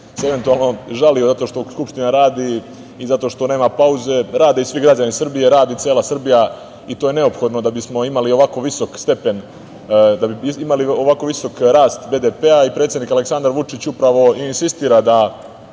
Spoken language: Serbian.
se eventualno žalio zato što Skupština radi i zato što nema pauze, radi i svi građani Srbije, radi cela Srbija i to je neophodno da bismo imali ovako visok rast BDP-a. I predsednik Aleksandar Vučić upravo insistira da